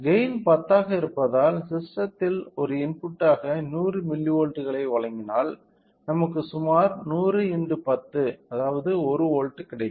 gain 10 ஆக இருப்பதால் சிஸ்டத்தில் ஒரு இன்புட்டாக 100 மில்லிவோல்ட்களை வழங்கினால் நமக்கு சுமார் 100 x 10 1 வோல்ட் கிடைக்கும்